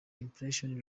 impressive